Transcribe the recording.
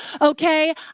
okay